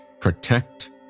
protect